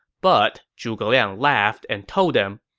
but zhuge liang laughed and told them,